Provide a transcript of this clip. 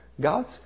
God's